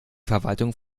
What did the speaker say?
verwaltungen